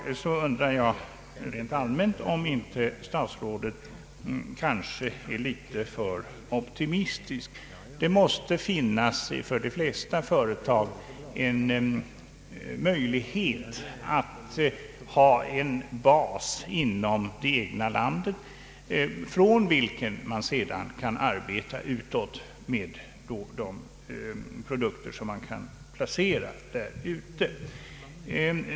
Därvidlag undrar jag rent allmänt, om inte statsrådet är litet för optimistisk. Det måste för de flesta företag finnas möjlighet att ha en bas inom det egna landet, från vilken man sedan kan arbeta utåt med de produkter som kan placeras där.